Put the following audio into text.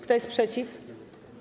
Kto jest przeciw?